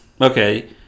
Okay